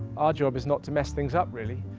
our job is not to mess things up really.